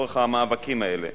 לצורך המאבקים האלה,